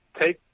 take